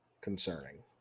concerning